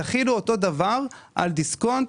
תחילו את אותו הדבר על דיסקונט,